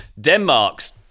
Denmark's